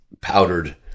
powdered